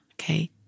Okay